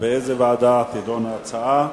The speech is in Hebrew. באיזו ועדה תידון ההצעה.